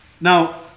Now